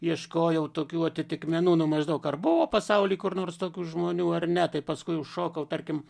ieškojau tokių atitikmenų nu maždaug ar buvo pasauly kur nors tokių žmonių ar ne tai paskui šokau tarkim